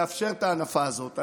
לאפשר את ההנפה הזאת.